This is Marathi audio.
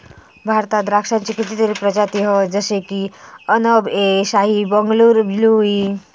भारतात द्राक्षांची कितीतरी प्रजाती हत जशे की अनब ए शाही, बंगलूर ब्लू ई